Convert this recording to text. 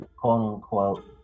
quote-unquote